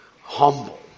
humble